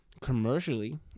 commercially